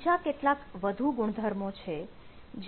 અહીં બીજા કેટલાક વધુ ગુણધર્મો છે